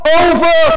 over